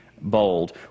bold